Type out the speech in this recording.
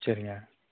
சரிங்க